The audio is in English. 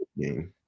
game